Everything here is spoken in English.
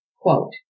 quote